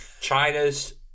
China's